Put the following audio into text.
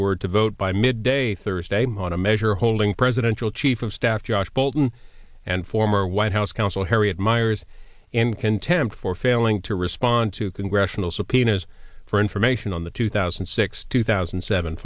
were to vote by midday thursday on a measure holding presidential chief of staff josh bolten and former white house counsel harriet miers and contempt for failing to respond to congressional subpoenas for information on the two thousand and six two thousand and seven